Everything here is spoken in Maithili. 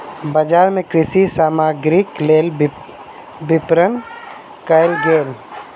बजार मे कृषि सामग्रीक लेल विपरण कयल गेल